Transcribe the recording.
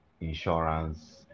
insurance